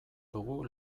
dugu